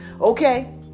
okay